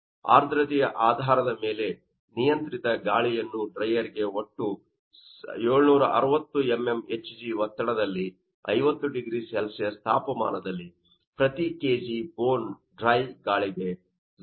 ಆರ್ದ್ರತೆಯ ಆಧಾರದ ಮೇಲೆ ನಿಯಂತ್ರಿತ ಗಾಳಿಯನ್ನು ಡ್ರೈಯರ್ಗೆ ಒಟ್ಟು 760 mm Hg ಒತ್ತಡದಲ್ಲಿ ಮತ್ತು 50 0C ತಾಪಮಾನದಲ್ಲಿ ಪ್ರತಿ kg ಬೋನ್ ಡ್ರೈ ಗಾಳಿಗೆ 0